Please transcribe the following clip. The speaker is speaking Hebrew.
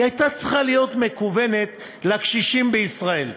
היא הייתה צריכה להיות מכוונת לקשישים בישראל,